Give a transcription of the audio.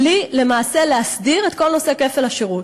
בלי למעשה להסדיר את כל נושא כפל השירות.